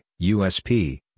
USP